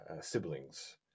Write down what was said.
siblings